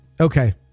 Okay